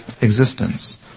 existence